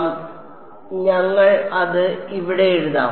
അതിനാൽ ഞങ്ങൾ ഇത് ഇവിടെ എഴുതാം